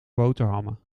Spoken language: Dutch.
boterhammen